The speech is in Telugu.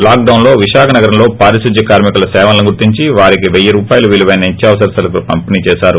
లాక్డొన్ లో విశాఖ నగరంలో పారిశుద్ద్య కార్మికుల సేవలను గుర్తించి వారికి వెయ్యి రూపాయల విలువైన నిత్యావసర సరకులను పంపిణీ చేసారు